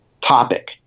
topic